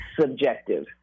subjective